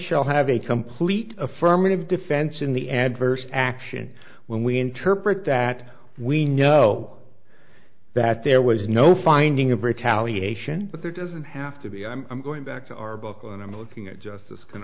shall have a complete affirmative defense in the adverse action when we interpret that we know that there was no finding of retaliation but there doesn't have to be i'm going back to our book and i'm looking at justice can